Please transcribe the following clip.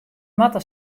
moatte